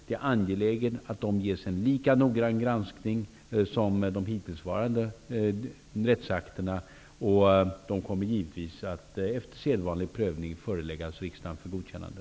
Det är angeläget att de får en lika noggrann granskning som de hittillsvarande rättsakterna fått. De kommer efter sedvanlig prövning att föreläggas riksdagen för godkännande.